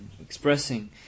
expressing